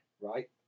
right